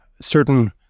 certain